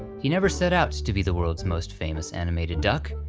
he never set out to be the world's most famous animated duck,